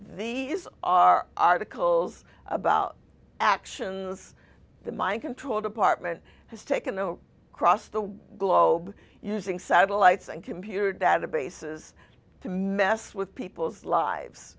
these are articles about actions the mind control department has taken to cross the globe using satellites and computer databases to mess with people's lives